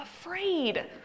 afraid